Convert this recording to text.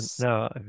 no